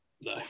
No